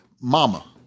mama